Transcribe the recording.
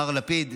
מר לפיד,